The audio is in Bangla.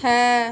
হ্যাঁ